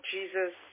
Jesus